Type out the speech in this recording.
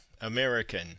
American